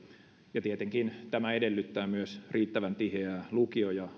tietenkin tämä edellyttää myös riittävän tiheää lukio ja